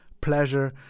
pleasure